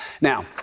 Now